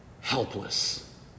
helpless